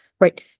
right